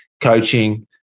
coaching